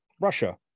Russia